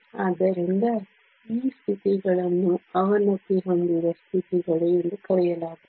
ಆದ್ದರಿಂದ ಈ ಸ್ಥಿತಿಗಳನ್ನು ಅವನತಿ ಹೊಂದಿದ ಸ್ಥಿತಿಗಳು ಎಂದು ಕರೆಯಲಾಗುತ್ತದೆ